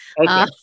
Okay